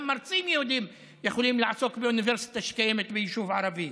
גם מרצים יהודים יכולים לעסוק באוניברסיטה שקיימת ביישוב ערבי.